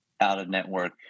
out-of-network